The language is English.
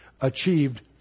achieved